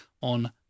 on